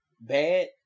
bad